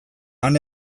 han